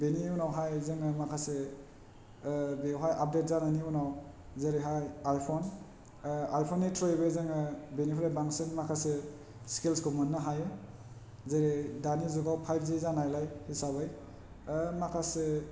बेनि उनावहाय जोङो माखासे बेवहाय आप देट जानायनि उनाव जेरैहाय आइफन आइफननि थ्रुयैबो जोङो बेनिफ्राय बांसिन माखासे सिकिल्सखौ मोननो हायो जेरै दानि जुगाव फाइबजि जानायलाय हिसाबै माखासे